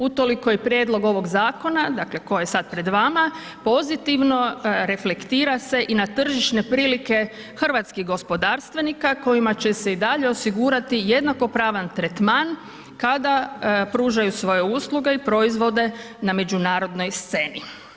Utoliko prijedlog ovoga zakona dakle koji je sada pred vama pozitivno reflektira se i na tržišne prilike hrvatskih gospodarstvenika kojima će se i dalje osigurati jednakopravan tretman kada pružaju svoje usluge i proizvode na međunarodnoj sceni.